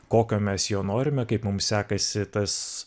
kokio mes jo norime kaip mums sekasi tas